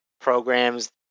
programs